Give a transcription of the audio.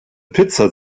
pizza